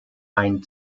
ein